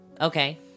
Okay